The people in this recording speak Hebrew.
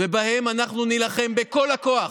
ובהם אנחנו נילחם בכל הכוח.